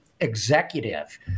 executive